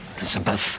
Elizabeth